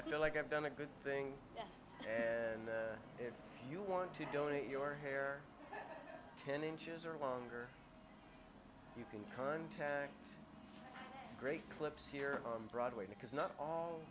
i feel like i've done a good thing and if you want to donate your hair ten inches or longer you can contact great clips here on broadway because not all